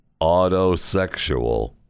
autosexual